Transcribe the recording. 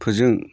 फोजों